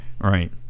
Right